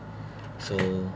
so